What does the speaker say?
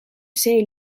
see